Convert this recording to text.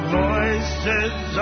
voices